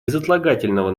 безотлагательного